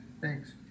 Thanks